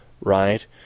right